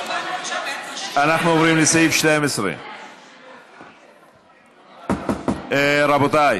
אנחנו עוברים לסעיף 12. רבותיי,